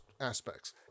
aspects